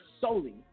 solely